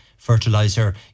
Fertilizer